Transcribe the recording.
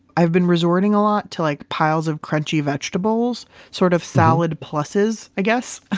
i've been resorting a lot to like piles of crunchy vegetables, sort of salad pluses, i guess. ah